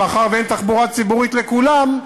מאחר שאין תחבורה ציבורית לכולם,